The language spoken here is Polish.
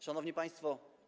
Szanowni Państwo!